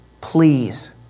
please